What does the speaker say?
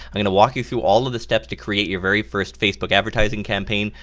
i'm going to walk you through all of the steps to create your very first facebook advertising campaign,